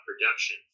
production